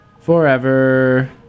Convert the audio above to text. forever